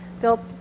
built